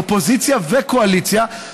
אופוזיציה וקואליציה.